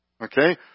Okay